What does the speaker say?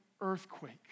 earthquake